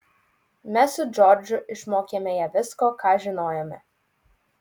mes su džordžu išmokėme ją visko ką žinojome